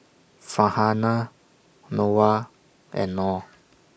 Farhanah Noah and Nor